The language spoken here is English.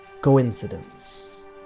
coincidence